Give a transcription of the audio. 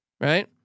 Right